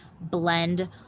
blend